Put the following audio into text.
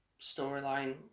storyline